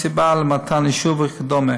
הסיבה למתן אישור וכו'.